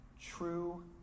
true